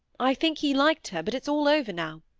i think he liked her, but it's all over now.